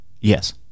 Yes